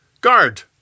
guard